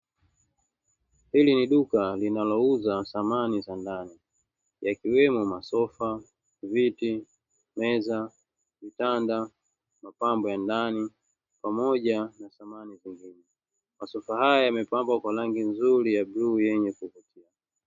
Hili ni duka linalouza samani za ndani yakiwemo masofa, viti, meza, vitanda, mapambo ya ndani pamoja na samani zingine. Masofa haya yamepangwa kwa rangi nzuri ya bluu yenye kuvutia.